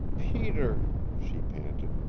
peter, she panted.